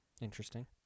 Interesting